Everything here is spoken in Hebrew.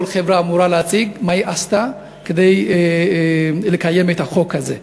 כל חברה אמורה להציג מה היא עשתה כדי לקיים את החוק הזה.